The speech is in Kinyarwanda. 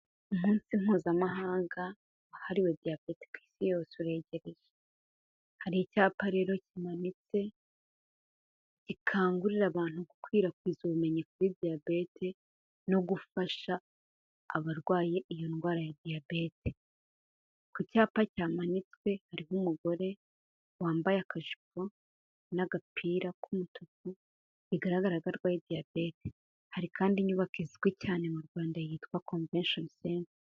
Umunsi mpuzamahanga wahariwe diyabete ku isi yose uregereje, hari icyapa rero kimanitse gikangurira abantu gukwirakwiza ubumenyi kuri diyabete no gufasha abarwaye iyo ndwara ya diyabete, ku cyapa kihamanitswe harimo umugore wambaye akajipo n'agapira k'umutuku bigaragara ko arwaye diyabete, hari kandi inyubako izwi cyane mu Rwanda yitwa convention center.